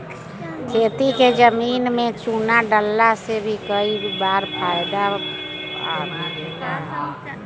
खेती के जमीन में चूना डालला से भी कई बार फायदा मिलेला